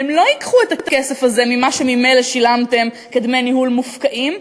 הן לא ייקחו את הכסף הזה ממה שממילא שילמתם כדמי ניהול מופקעים,